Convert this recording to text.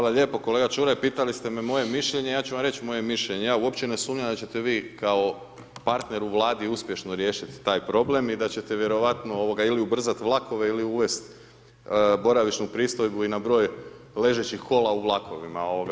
Hvala lijepo kolega Čuaj, pitali ste me mo je mišljenje, ja ću vam reći moje mišljenje, ja uopće ne sumnjam da ćete vi kao partner u vladi uspješno riješiti taj problem i da ćete vjerojatno ili ubrzati vlakove ili uvesti boravišnu pristojbu i na broj ležećih kola u vlakovima.